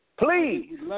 Please